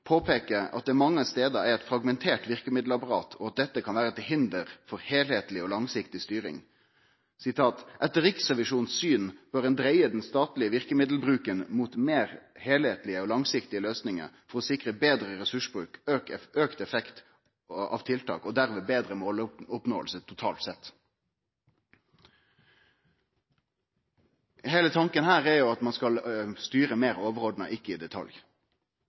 at det mange stader er eit fragmentert verkemiddelapparat, og at dette kan vere til hinder for heilskapleg og langsiktig styring. Etter Riksrevisjonens syn bør ein «dreie den statlige virkemiddelbruken mot mer helhetlige og langsiktige løsninger for å sikre bedre ressursbruk, økt effekt av tiltak og derved bedre måloppnåelse totalt sett». Heile tanken her er at ein skal styre meir overordna og ikkje i detalj.